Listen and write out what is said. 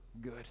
good